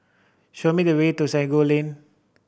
show me the way to Sago Lane